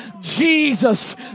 Jesus